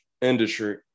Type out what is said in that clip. industry